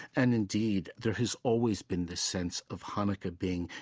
and, indeed, there has always been this sense of hanukkah being,